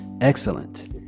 excellent